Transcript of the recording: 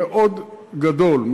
מאוד גדול,